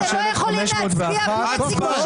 אתם לא יכולים להצביע --- 23,501